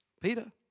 Peter